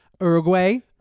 Uruguay